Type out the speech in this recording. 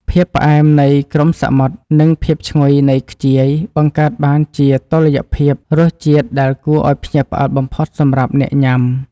ភាពផ្អែមនៃគ្រំសមុទ្រនិងភាពឈ្ងុយនៃខ្ជាយបង្កើតបានជាតុល្យភាពរសជាតិដែលគួរឱ្យភ្ញាក់ផ្អើលបំផុតសម្រាប់អ្នកញ៉ាំ។